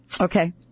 Okay